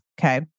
Okay